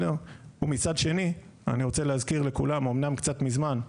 מצד שני, אני רוצה להזכיר לכולם, אומנם קצת מזמן,